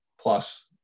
plus